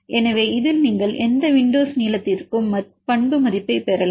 எனவே இதில் நீங்கள் எந்த விண்டோஸ் நீளத்திற்கும் பண்பு மதிப்பைப் பெறலாம்